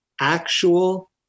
actual